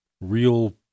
real